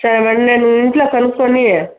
సరే మేడం నేను ఇంట్లో కనుక్కొనీ